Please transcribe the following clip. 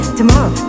tomorrow